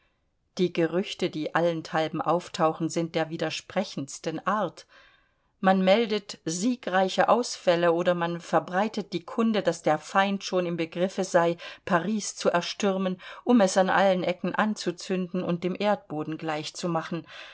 die gerüchte die allenthalben auftauchen sind der widersprechendsten art man meldet siegreiche ausfälle oder man verbreitet die kunde daß der feind schon im begriffe sei paris zu erstürmen um es an allen ecken anzuzünden und dem erdboden gleich zu machen